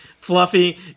Fluffy